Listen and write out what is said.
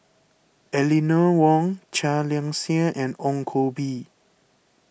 Eleanor Wong Chia Liang Seah and Ong Koh Bee